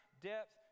depth